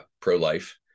pro-life